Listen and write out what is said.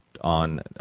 on